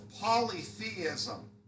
polytheism